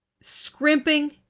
scrimping